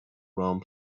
round